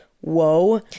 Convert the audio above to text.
Whoa